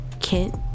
Kent